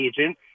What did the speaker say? agent